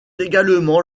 également